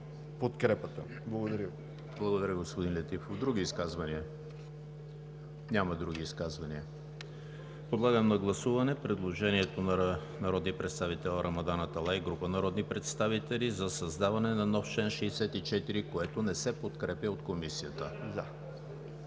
ЕМИЛ ХРИСТОВ: Благодаря, господин Летифов. Други изказвания? Няма други изказвания. Подлагам на гласуване предложението на народния представител Рамадан Аталай и група народни представители, за създаване на нов чл. 64, което не се подкрепя от Комисията. Гласували